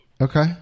Okay